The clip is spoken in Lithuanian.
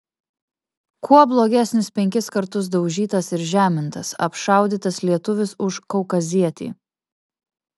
kuo blogesnis penkis kartus daužytas ir žemintas apšaudytas lietuvis už kaukazietį